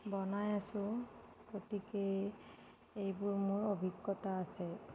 বনাই আছোঁ গতিকে এইবোৰ মোৰ অভিজ্ঞতা আছে